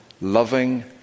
loving